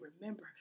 remember